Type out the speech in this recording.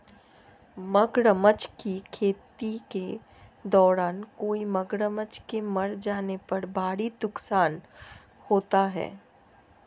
मगरमच्छ की खेती के दौरान कई मगरमच्छ के मर जाने पर भारी नुकसान होता है